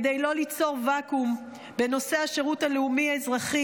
כדי לא ליצור ואקום בנושא השירות הלאומי-אזרחי,